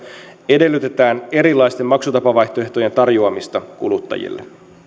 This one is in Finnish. edellytetään erilaisten maksutapavaihtoehtojen tarjoamista kuluttajille